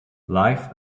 life